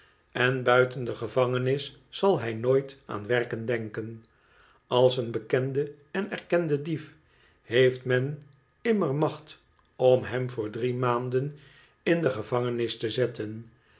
en buiten de gevangenis zal hij nooit aan werken denken als een bekende en erkende dief heeft men immer macht om hem voor drie maanden in de gevangenis te zetten